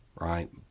right